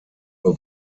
nur